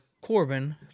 Corbin